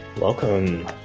Welcome